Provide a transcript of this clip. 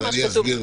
אני אסביר לך.